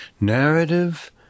narrative